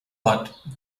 but